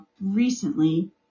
recently